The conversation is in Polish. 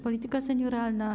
Polityka senioralna.